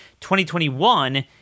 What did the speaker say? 2021